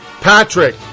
Patrick